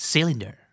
Cylinder